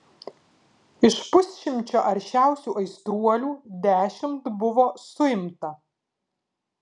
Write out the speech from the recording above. iš pusšimčio aršiausių aistruolių dešimt buvo suimta